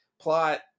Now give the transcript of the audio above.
plot